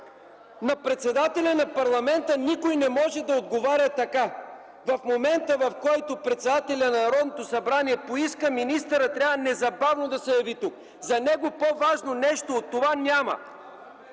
На председателя на парламента никой не може да отговаря така. В момента, в който председателят на Народното събрание поиска, министърът трябва незабавно да се яви тук. За него по-важно нещо от това няма.